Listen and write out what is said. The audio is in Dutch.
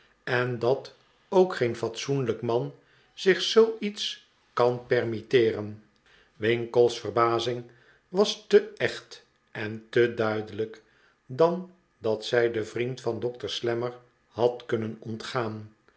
en dat ook geen fatsoenlijk man zich zoo iets kan permitteeren winkle's verbazing was te echt en te duidelijk dan dat zij den vriend van dokter slammer had kunrien ontgaan